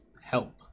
help